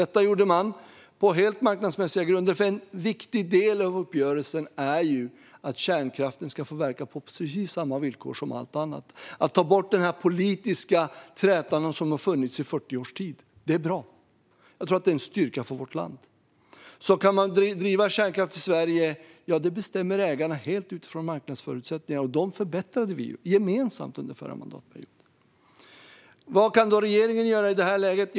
Detta gjordes på helt marknadsmässiga grunder, för en viktig del av uppgörelsen var ju att kärnkraften ska verka på precis samma villkor som allt annat. Att ta bort den politiska träta som har funnits i 40 års tid är bra och en styrka för vårt land. Kan man driva kärnkraft i Sverige? Ja, det bestämmer ägarna helt utifrån marknadens förutsättningar, vilka vi gemensamt förbättrade under förra mandatperioden. Vad kan regeringen göra i detta läge?